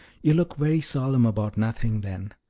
you look very solemn about nothing, then.